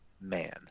man